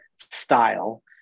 style